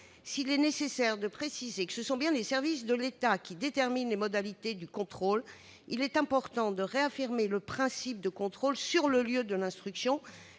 S'il est nécessaire de préciser que ce sont bien les services de l'État qui déterminent les modalités du contrôle, il est important de réaffirmer le principe du contrôle sur le lieu de l'instruction,